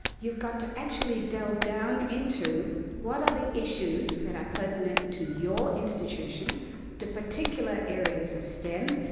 you've got to actually delve down into what are the issues that are pertinent to your institution to particular areas of stem,